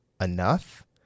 enough